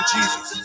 Jesus